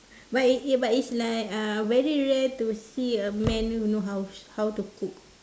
but is but is like uh very rare to see a man who knows how how to cook